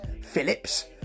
Phillips